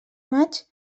maig